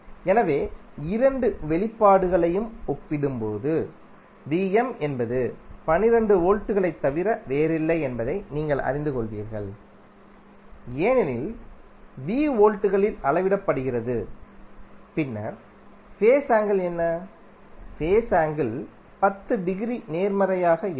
எனவே இரண்டு வெளிப்பாடுகளையும் ஒப்பிடும்போது Vm என்பது 12 வோல்ட்டுகளைத் தவிர வேறில்லை என்பதை நீங்கள் அறிந்து கொள்வீர்கள் ஏனெனில் V வோல்ட்டுகளில் அளவிடப்படுகிறது பின்னர் ஃபேஸ் ஆங்கிள் என்ன ஃபேஸ் ஆங்கிள் 10 டிகிரி நேர்மறையாக இருக்கும்